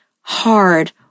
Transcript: hard